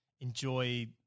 enjoy